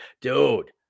Dude